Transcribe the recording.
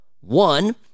One